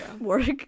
work